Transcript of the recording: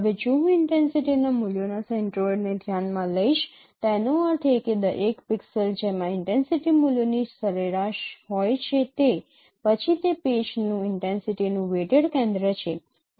હવે જો હું ઇન્ટેન્સિટીના મૂલ્યોના સેન્ટ્રોઇડને ધ્યાનમાં લઈશ તેનો અર્થ એ કે એક પિક્સેલ જેમાં ઇન્ટેન્સિટી મૂલ્યોની સરેરાશ હોય છે તે પછી તે પેચનું ઇન્ટેન્સિટીનું વેઈટેડ કેન્દ્ર છે તે સરેરાશ નથી